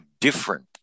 different